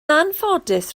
anffodus